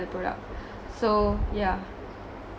the product so yeah